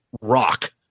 rock